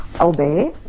Obey